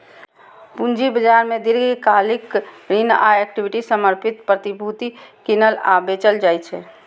पूंजी बाजार मे दीर्घकालिक ऋण आ इक्विटी समर्थित प्रतिभूति कीनल आ बेचल जाइ छै